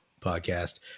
podcast